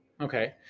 Okay